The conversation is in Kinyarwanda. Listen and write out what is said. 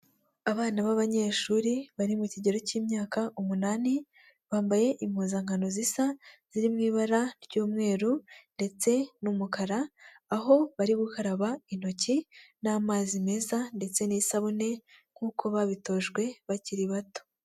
Abana b'abanyeshuri bari mu kigero cy'imyaka umunani bambaye impuzankano zisa ziri mu ibara ry'umweru ndetse n'umukara aho bari gukaraba intoki n'amazi meza ndetse n'isabune nk'uko babitojwe bakiri bato.